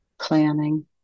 planning